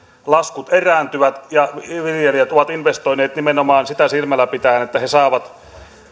laskut erääntyvät ja viljelijät ovat investoineet nimenomaan sitä silmällä pitäen että he saavat